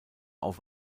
auf